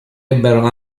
ebbero